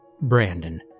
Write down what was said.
Brandon